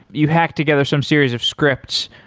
you hack together some series of scripts.